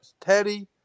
Teddy